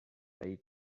haití